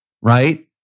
right